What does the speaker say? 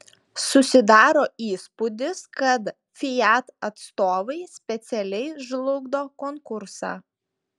susidaro įspūdis kad fiat atstovai specialiai žlugdo konkursą